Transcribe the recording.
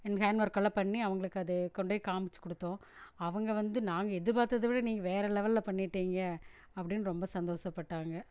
hand ஒர்க்கெல்லாம் பண்ணி அவுங்களுக்கு அது கொண்டு போய் காம்மிச்சி கொடுத்தோம் அவங்க வந்து நாங்கள் எதுர்பாத்தத விட நீங்கள் வேறு லெவலில் பண்ணிட்டிங்க அப்படின்னு ரொம்ப சந்தோஷப்பட்டாங்க